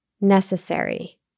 necessary